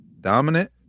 Dominant